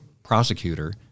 prosecutor